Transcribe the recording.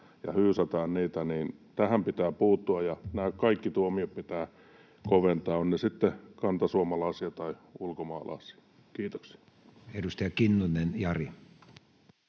ja hyysätään heitä, pitää puuttua ja nämä kaikki tuomiot pitää koventaa, ovat he sitten kantasuomalaisia tai ulkomaalaisia. — Kiitoksia. Edustaja Kinnunen, Jari.